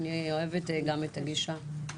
אני גם אוהבת את הגישה.